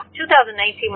2019